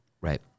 Right